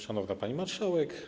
Szanowna Pani Marszałek!